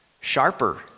sharper